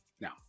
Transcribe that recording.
now